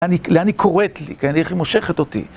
לאן היא קוראת לי? כן? איך היא מושכת אותי.